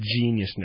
geniusness